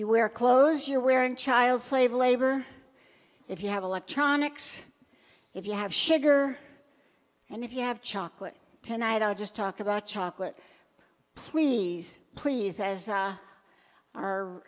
you wear clothes you're wearing child slave labor if you have electronics if you have sugar and if you have chocolate tonight i'll just talk about chocolate please please as